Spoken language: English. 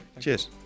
Cheers